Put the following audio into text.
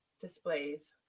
displays